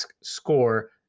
score